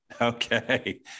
Okay